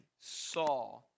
saw